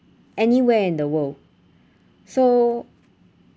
anywhere in the world so